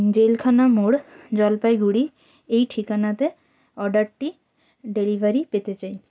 জেলখানা মোড় জলপাইগুড়ি এই ঠিকানাতে অর্ডারটি ডেলিভারি পেতে চাই